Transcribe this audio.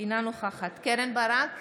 אינה נוכחת קרן ברק,